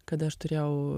kada aš turėjau